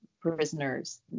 prisoners